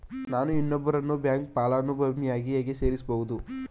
ನಾನು ಇನ್ನೊಬ್ಬರನ್ನು ಬ್ಯಾಂಕ್ ಫಲಾನುಭವಿಯನ್ನಾಗಿ ಹೇಗೆ ಸೇರಿಸಬಹುದು?